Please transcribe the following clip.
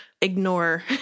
ignore